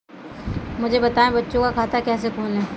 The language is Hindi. मुझे बताएँ बच्चों का खाता कैसे खोलें?